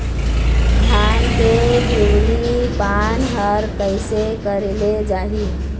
धान के पिवरी पान हर कइसे करेले जाही?